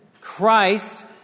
Christ